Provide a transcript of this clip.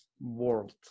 world